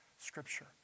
Scripture